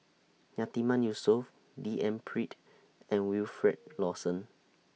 Yatiman Yusof D N Pritt and Wilfed Lawson